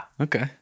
Okay